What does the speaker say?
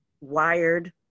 wired